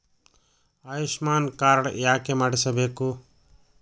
Ayushman card ಯಾಕೆ ಮಾಡಿಸಬೇಕು?